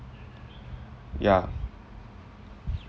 yeah